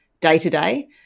day-to-day